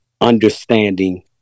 understanding